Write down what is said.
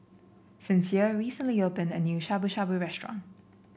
Sincere recently opened a new Shabu Shabu Restaurant